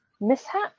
mishap